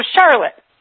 Charlotte